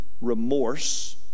remorse